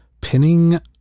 pinning